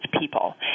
people